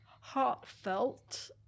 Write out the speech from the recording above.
heartfelt